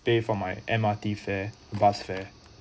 pay for my M_R_T fare bus fare